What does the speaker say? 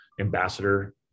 ambassador